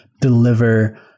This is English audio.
deliver